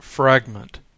Fragment